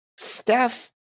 Steph